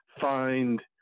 find